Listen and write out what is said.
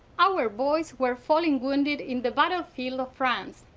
our boys were falling wounded in the battlefield of france,